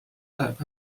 läheb